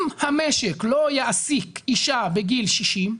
אם המשק לא יעסיק אישה בגיל 60,